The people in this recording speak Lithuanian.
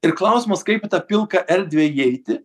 ir klausimas kaip tą pilką erdvę įeiti